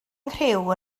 nghriw